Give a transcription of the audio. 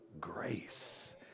grace